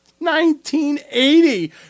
1980